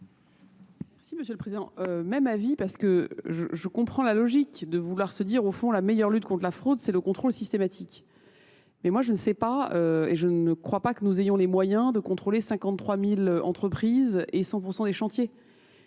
Merci, Monsieur le Président. Même avis, parce que je comprends la logique de vouloir se dire, au fond, la meilleure lutte contre la fraude, c'est le contrôle systématique. Mais moi je ne sais pas et je ne crois pas que nous ayons les moyens de contrôler 53 000 entreprises et 100% des chantiers.